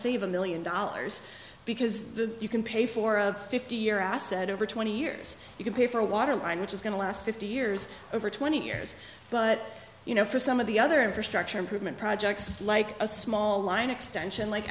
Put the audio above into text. save a million dollars because the you can pay for a fifty year asset over twenty years you can pay for a water line which is going to last fifty years over twenty years but you know for some of the other infrastructure improvement projects like a small line extension like